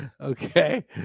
Okay